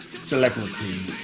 celebrity